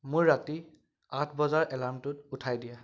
মোৰ ৰাতি আঠ বজাৰ এলাৰ্মটোত উঠাই দিয়া